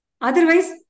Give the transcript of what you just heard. Otherwise